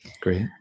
Great